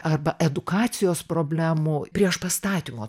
arba edukacijos problemų priešpastatymo